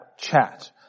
chat